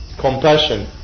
compassion